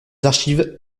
archives